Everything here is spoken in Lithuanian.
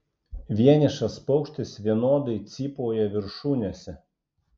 vienišas paukštis vienodai cypauja viršūnėse